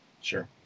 Sure